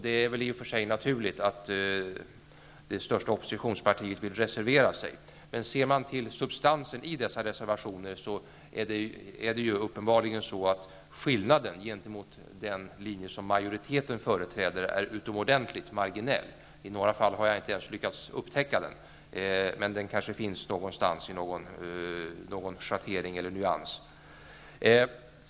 Det är väl i och för sig naturligt att det största oppositionspartiet vill reservera sig, men ser man till substansen i dessa reservationer är det uppebarligen så att skillnaden gentemot den linje som majoriteten företräder är utomordentligt marginell. I några fall har jag inte ens lyckats upptäcka den, men den kanske finns någonstans i någon schattering eller nyans.